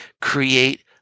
create